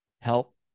help